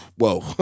Whoa